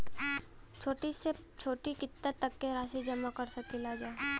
छोटी से छोटी कितना तक के राशि जमा कर सकीलाजा?